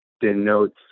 denotes